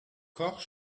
koch